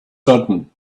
sudden